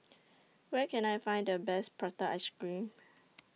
Where Can I Find The Best Prata Ice Cream